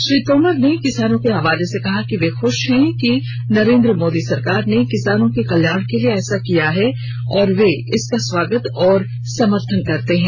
श्री तोमर ने किसानों के हवाले से कहा कि वे खुश हैं कि नरेंद्र मोदी सरकार ने किसानों के कल्याण के लिए ऐसा किया है और वे इसका स्वागत और समर्थन करते हैं